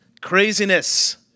craziness